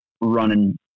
running